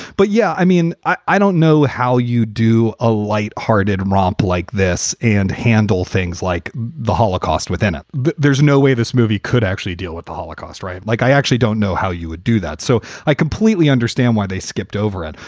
but, yeah, i mean, i i don't know how you do a light hearted romp like this and handle things like the holocaust within it. but there's no way this movie could actually deal with the holocaust. right. like, i actually don't know how you would do that. so i completely understand why they skipped over it.